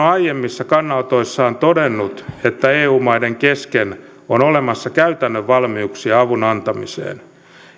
on aiemmissa kannanotoissaan todennut että eu maiden kesken on olemassa käytännön valmiuksia avun antamiseen